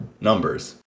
numbers